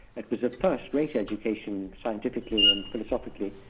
it was a first-rate education scientifically and philosophically,